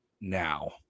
now